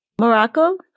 Morocco